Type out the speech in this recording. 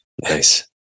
nice